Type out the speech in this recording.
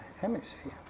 hemisphere